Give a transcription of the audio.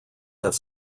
have